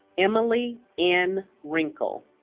emily n. wrinkle